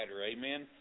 amen